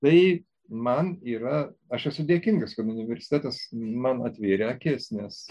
tai man yra aš esu dėkingas kad universitetas man atvėrė akis nes